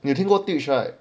你听过 twitch